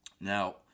now